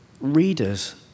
Readers